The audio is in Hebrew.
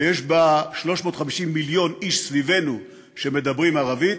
ויש 350 מיליון איש סביבנו שמדברים ערבית,